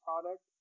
product